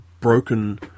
broken